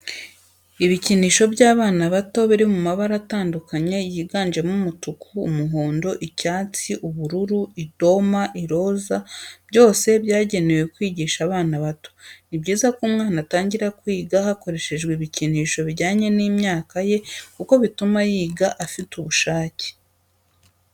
Ibikinisho by'abana bato biri mu mabara atandukanye yiganjemo umutuku, umuhondo, icyatsi, ubururu, idoma, iroza, byose byagenewe kwigisha abana bato. Ni byiza ko umwana atangira kwiga hakoreshejwe ibikinisho bijyanye n'imyaka ye kuko bituma yiga afite ubushake.